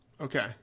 Okay